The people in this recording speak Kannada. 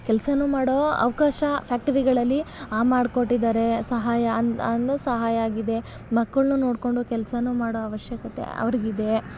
ಕೆಲ್ಸಾ ಮಾಡೋ ಅವಕಾಶ ಫ್ಯಾಕ್ಟರಿಗಳಲ್ಲಿ ಆ ಮಾಡ್ಕೊಟ್ಟಿದ್ದಾರೆ ಸಹಾಯ ಅನ್ನೊ ಅನ್ನು ಸಹಾಯಾಗಿದೆ ಮಕ್ಕಳ್ನು ನೋಡಿಕೊಂಡು ಕೆಲ್ಸಾ ಮಾಡೋ ಅವಶ್ಯಕತೆ ಅವ್ರಿಗಿದೆ